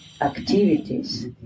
activities